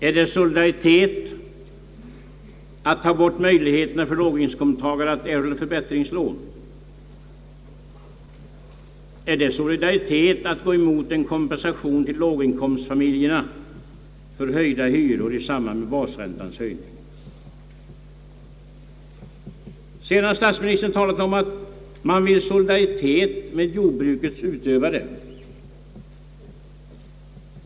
Är det solidaritet att ta bort möjligheterna för låginkomsttagare att erhålla förbättringslån? Är det solidaritet att gå emot förslaget om kompensation för låginkomstfamiljerna med anledning av höjda hyror i samband med basräntans höjning? Statsministern har vidare talat om att man vill solidaritet med jordbrukets utövare.